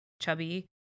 chubby